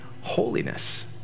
holiness